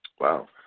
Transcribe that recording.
Wow